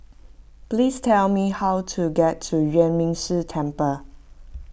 please tell me how to get to Yuan Ming Si Temple